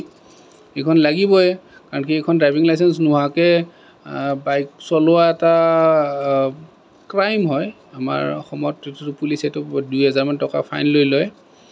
এইখন লাগিবই কাৰণ কি এইখন ড্ৰাইভিং লাইচেঞ্চ নোহোৱাকৈ বাইক চলোৱা এটা ক্ৰাইম হয় আমাৰ অসমত পুলিচেতো দুই হেজাৰমান টকা ফাইন লৈ লয়